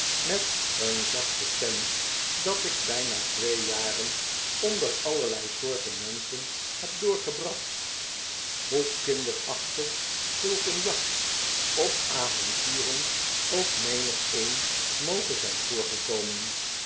met een zachte stem dat ik bijna twee jaren onder allerlei soorten menschen heb doorgebracht hoe kinderachtig zulk een jacht op avonturen ook menigeen moge zijn